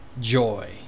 joy